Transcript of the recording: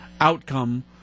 outcome